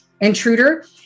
intruder